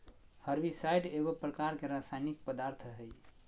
herbicide एगो प्रकार के रासायनिक पदार्थ हई